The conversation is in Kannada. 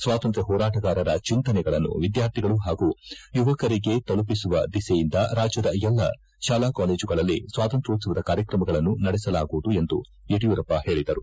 ಸ್ವಾತಂತ್ರ್ಯ ಹೋರಾಟಗಾರರ ಚಿಂತನೆಗಳನ್ನು ವಿದ್ಧಾರ್ಥಿಗಳು ಪಾಗೂ ಯುವಜನರಿಗೆ ತಲುಪಿಸುವ ದಿಸೆಯಿಂದ ರಾಜ್ಯದ ಎಲ್ಲ ಶಾಲಾ ಕಾಲೇಜುಗಳಲ್ಲಿ ಸ್ಥಾತಂತೋತ್ಲವದ ಕಾರ್ಯಕ್ರಮಗಳನ್ನು ನಡೆಸಲಾಗುವುದು ಎಂದು ಯಡಿಯೂರಪ್ಪ ಹೇಳಿದರು